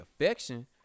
affection